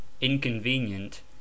inconvenient